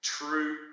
true